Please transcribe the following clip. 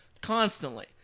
constantly